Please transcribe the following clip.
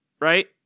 right